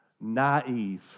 naive